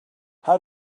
how